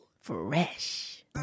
Fresh